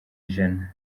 ijana